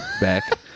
back